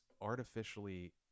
artificially